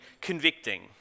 convicting